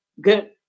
good